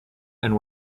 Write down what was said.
and